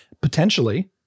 Potentially